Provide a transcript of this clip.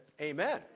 Amen